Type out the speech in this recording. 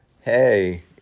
hey